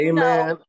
Amen